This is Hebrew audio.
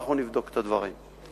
ואנחנו נבדוק את הדברים.